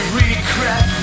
regret